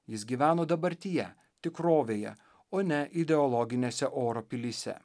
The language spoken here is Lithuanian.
jis gyveno dabartyje tikrovėje o ne ideologinėse oro pilyse